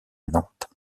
nantes